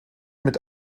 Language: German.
mit